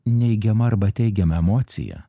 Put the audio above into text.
neigiama arba teigiama emocija